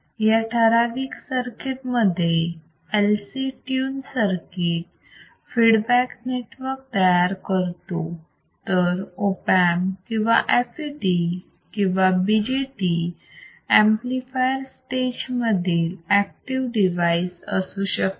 या ठराविक सर्किट मध्ये LC tune circuit feedback network तयार करतो तर ऑप अँप किंवा FET किंवा BJT एंपलीफायर स्टेज मधील ऍक्टिव्ह डिवाइस असू शकते